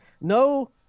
no